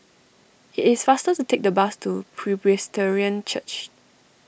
it is faster to take the bus to Presbyterian Church